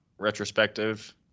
retrospective